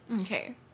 Okay